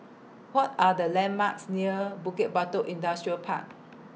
What Are The landmarks near Bukit Batok Industrial Park